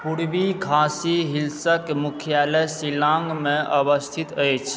पूर्वी खासी हिल्स क मुख्यालय शिलाङ्गमे अवस्थित अछि